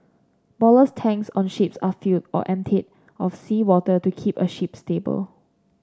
ballast tanks on ships are filled or emptied of seawater to keep a ship stable